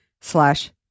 slash